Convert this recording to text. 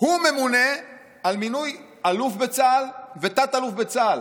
ממונה על מינוי אלוף בצה"ל ותת-אלוף בצה"ל.